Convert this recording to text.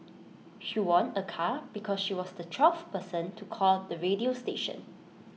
she won A car because she was the twelfth person to call the radio station